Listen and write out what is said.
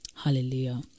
hallelujah